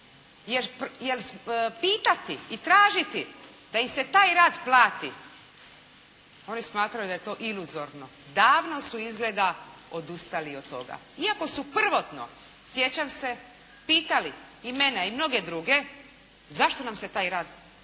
Jer pitati i tražiti da im se taj rad plati, oni smatraju da je to iluzorno. Davno su izgleda odustali od toga. Iako su prvotno sjećam se, pitali i mene i mnoge druge, zašto nam se taj rad ne plati.